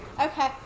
Okay